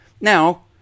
Now